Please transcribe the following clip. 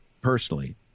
personally